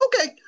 okay